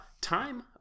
time